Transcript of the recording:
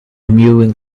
mewing